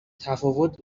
تفاوت